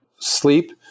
Sleep